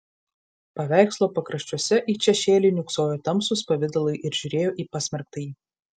paveikslo pakraščiuose it šešėliai niūksojo tamsūs pavidalai ir žiūrėjo į pasmerktąjį